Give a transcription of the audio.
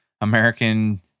american